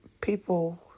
people